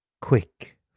quick